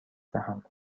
دهم